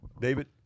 david